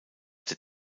der